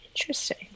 Interesting